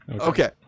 Okay